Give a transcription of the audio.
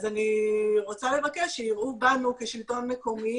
אז אני רוצה לבקש שיראו בנו כשלטון מקומי